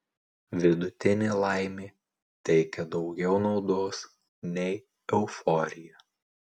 vidutinė laimė teikia daugiau naudos nei euforija